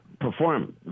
perform